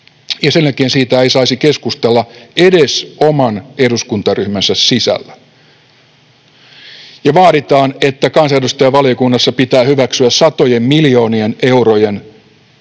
ja sen jälkeen siitä ei saisi keskustella edes oman eduskuntaryhmänsä sisällä ja vaaditaan, että kansanedustajan valiokunnassa pitää hyväksyä satojen miljoonien eurojen verovarojen